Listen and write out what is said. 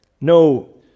No